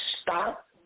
stop